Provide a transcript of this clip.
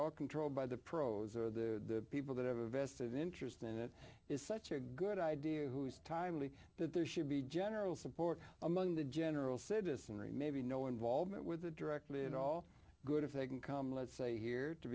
all controlled by the pros or the people that have a vested interest in it is such a good idea whose time we but there should be general support among the general citizenry maybe no involvement with the directly at all good if they can come let's say here to